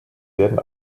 werden